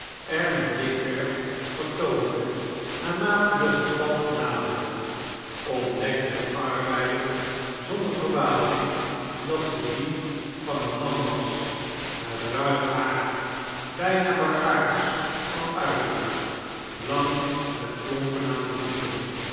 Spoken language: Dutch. er nu dikwerf vertoonde naarmate de gestalte naderde ontdekte de arbeider zonder verbazing dat ze die van een man was met ruig haar bijna barbaarsch van uiterlijk lang met klompen aan de voeten